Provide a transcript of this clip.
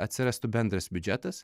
atsirastų bendras biudžetas